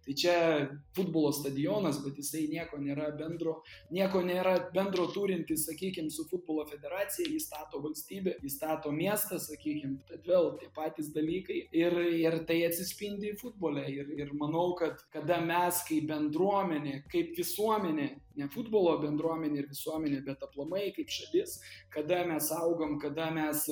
tai čia futbolo stadionas bet jisai nieko nėra bendro nieko nėra bendro turintis sakykim su futbolo federacija jį stato valstybė jį stato miestas sakykim vėl tie patys dalykai ir ir tai atsispindi futbole ir ir manau kad kada mes kaip bendruomenė kaip visuomenė ne futbolo bendruomenė ir visuomenė bet aplamai kaip šalis kada mes augam kada mes